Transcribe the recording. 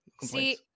see